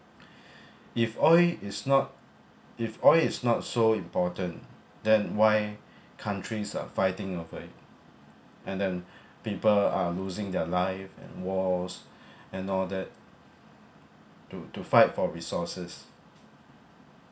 if oil is not if oil is not so important then why countries are fighting over it and then people are losing their life and wars and all that to to fight for resources